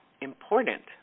important